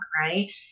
right